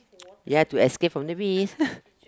you have to escape from the bees